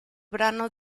brano